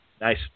Nice